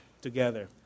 together